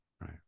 Right